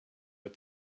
but